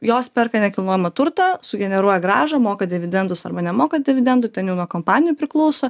jos perka nekilnojamą turtą sugeneruoja grąžą moka dividendus arba nemoka dividendų ten jau nuo kompanijų priklauso